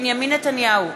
בנימין נתניהו,